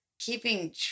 keeping